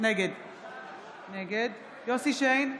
נגד יוסף שיין,